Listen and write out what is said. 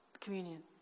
communion